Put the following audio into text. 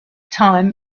time